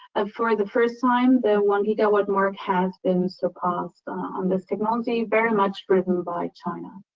ah for the first time, their one-gigawatt mark has been surpassed on this technology, very much driven by china.